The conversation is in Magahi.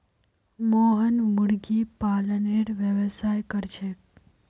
मोहन मुर्गी पालनेर व्यवसाय कर छेक